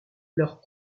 leurs